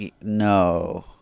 no